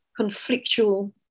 conflictual